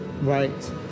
Right